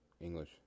English